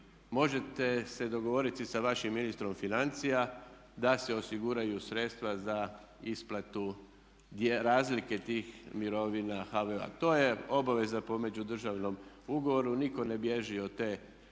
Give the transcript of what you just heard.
možete se dogovoriti sa vašim ministrom financija da se osiguraju sredstva za isplatu razlike tih mirovina HVO-u, a to je obaveza po međudržavnom ugovoru. Nitko ne bježi od te obaveze,